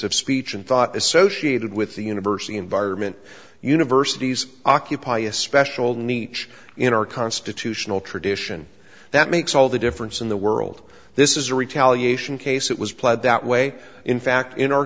speech and thought associated with the university environment universities occupy a special needs in our constitutional tradition that makes all the difference in the world this is a retaliation case it was played that way in fact in our